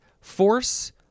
force